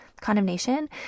condemnation